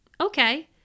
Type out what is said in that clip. Okay